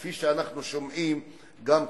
כפי שאנחנו שומעים גם פה.